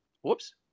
Whoops